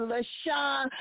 LaShawn